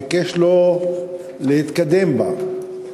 ביקש לא להתקדם בה.